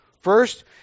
First